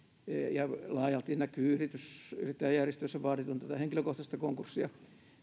ja laajalti näkyy että yrittäjäjärjestöissä vaaditaan tätä henkilökohtaista konkurssia